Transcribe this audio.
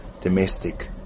domestic